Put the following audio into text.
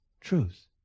truth